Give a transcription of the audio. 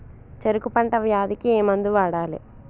చెరుకు పంట వ్యాధి కి ఏ మందు వాడాలి?